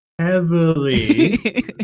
Heavily